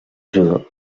judo